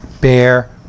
bear